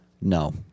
No